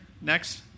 next